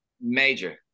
Major